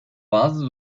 bazı